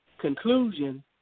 conclusion